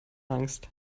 angst